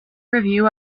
review